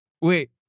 Wait